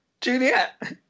Juliet